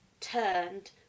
turned